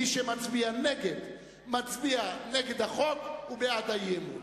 מי שמצביע נגד, מצביע נגד החוק ובעד האי-אמון.